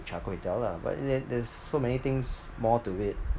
char kway teow lah but there there's so many things more to it